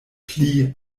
pli